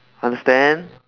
understand